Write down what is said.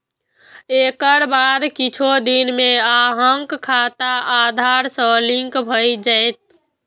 एकर बाद किछु दिन मे अहांक खाता आधार सं लिंक भए जायत